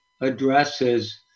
addresses